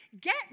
get